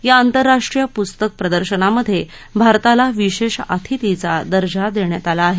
या आंतरराष्ट्रीय पुस्तक प्रदर्शनामधे भारताला विशेष अतिथी चा दर्जा देण्यात आला आहे